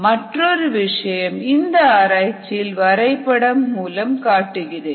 மற்றுமொரு விஷயம் இந்த ஆராய்ச்சியில் வரைபடம் மூலம் காட்டுகிறேன்